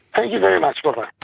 ah you very much, but